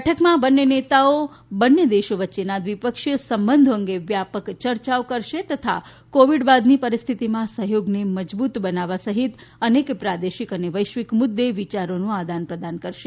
બેઠકમાં બંન્ને નેતાઓ બંન્ને દેશો વચ્ચેનાં દ્વિપક્ષીય સંબંધો અંગે વ્યાપક ચર્ચાઓ કરશે તથા કોવિડ બાદની પરિસ્થિતીમાં સહ્યોગને મજબૂત બનાવવા સહિત અનેક પ્રાદેશિક તથા વૈશ્વિક મુદે વિચારોનું આદાન પ્રદાન કરશે